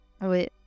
Oui